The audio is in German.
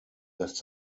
dass